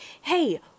hey